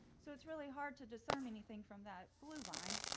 so it's really hard to discern anything from that blue line.